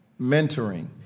mentoring